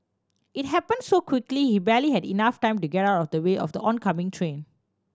it happen so quickly he barely had enough time to get out of the way of the oncoming train